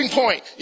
point